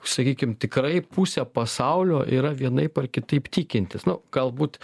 sakykim tikrai pusė pasaulio yra vienaip ar kitaip tikintys nu galbūt